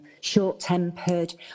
short-tempered